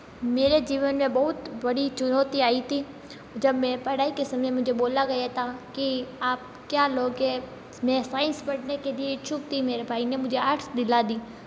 मेरे जीवन में बहुत बड़ी चुनौती आई थी जब मैं पढ़ाई के समय मुझे बोला गया था कि आप क्या लोगे में साइंस पढ़ने के लिए इच्छुक थी मेरे भाई ने मुझे आर्ट्स दिला दी